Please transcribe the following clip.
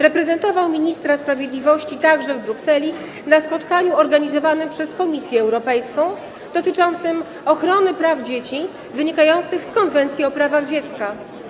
Reprezentował ministra sprawiedliwości także w Brukseli na spotkaniu organizowanym przez Komisję Europejską dotyczącym ochrony praw dzieci wynikających z Konwencji o prawach dziecka.